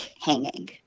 hanging